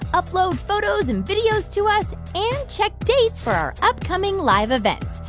upload photos and videos to us and check dates for our upcoming live events.